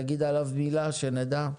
תגיד עליו מילה, שנדע.